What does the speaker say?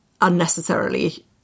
unnecessarily